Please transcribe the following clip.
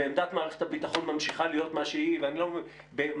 ועמדת מערכת הביטחון ממשיכה להיות מה שהיא ומה